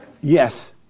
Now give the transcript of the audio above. Yes